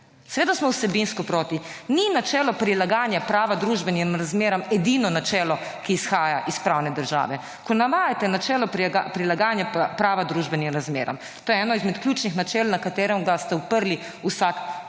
Seveda smo vsebinsko proti. Ni načelo prilagajanja prava družbenim razmeram edino načelo, ki izhaja iz pravne države, ko navajate načelo prilagajanja pa prava družbenim razmeram. To je eno izmed ključnih načel na katerega ste uprli vsak